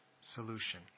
solution